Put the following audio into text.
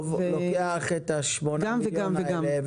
ראש עיר טוב לוקח את 8 מיליון האלה.